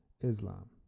Islam